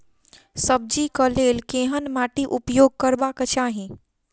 सब्जी कऽ लेल केहन माटि उपयोग करबाक चाहि?